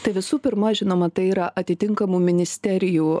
tai visų pirma žinoma tai yra atitinkamų ministerijų